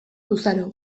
luzaro